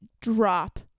drop